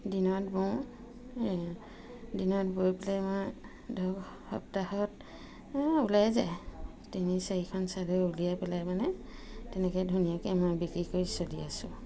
দিনত বওঁ দিনত বৈ পেলাই মই ধৰক সপ্তাহত ওলাই যায় তিনি চাৰিখন চাদৰ উলিয়াই পেলাই মানে তেনেকে ধুনীয়াকে মই বিক্ৰী কৰি চলি আছোঁ